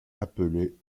appelée